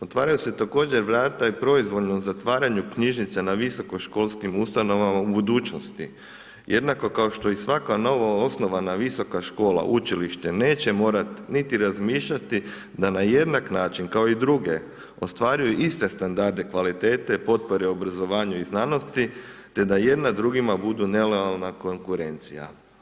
Otvaraju se također vrata i proizvoljnom zatvaranju knjižnice na visokoškolskim ustanovama u budućnosti, jednako kao što i svaka novo osnovana visoka škola, učilište neće morati niti razmišljati da na jednak način kao i druge ostvaruje iste standarde kvalitete potpore obrazovanja i znanosti te da jedna drugima budu nelojalna konkurencija.